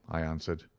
i answered.